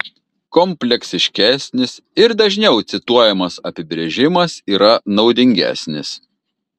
kompleksiškesnis ir dažniau cituojamas apibrėžimas yra naudingesnis